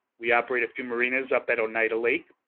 we operate a few marinas up at oneida lake,